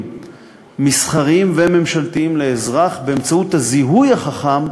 מסחריים וממשלתיים לאזרח באמצעות הזיהוי החכם.